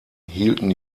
hielten